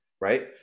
right